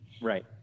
Right